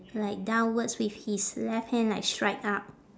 like downwards with his left hand like straight up